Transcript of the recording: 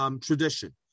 tradition